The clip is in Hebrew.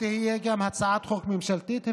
ושתהיה גם הצעת חוק ממשלתית.